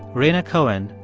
rhaina cohen,